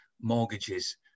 mortgages